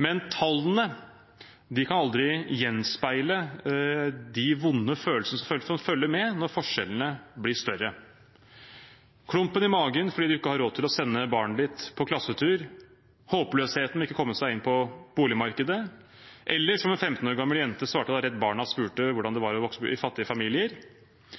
Men tallene kan aldri gjenspeile de vonde følelsene som følger med når forskjellene blir større – klumpen i magen fordi man ikke har råd til å sende barnet sitt på klassetur, håpløsheten ved ikke å komme seg inn på boligmarkedet, eller som en 15 år gammel jente svarte da Redd Barna spurte hvordan det var å vokse opp i fattige familier: